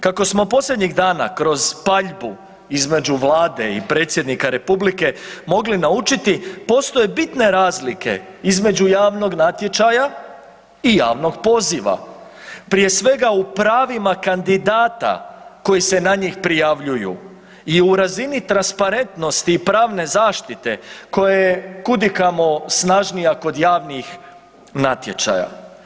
Kako smo posljednjih dana kroz paljbu između vlade i predsjednika republike mogli naučiti postoje bitne razlike između javnog natječaja i javnog poziva, prije svega u pravima kandidata koji se na njih prijavljuju i u razini transparentnosti i pravne zaštite koja je kud i kamo snažnija kod javnih natječaja.